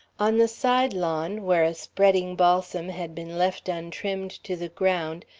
on the side lawn, where a spreading balsam had been left untrimmed to the ground,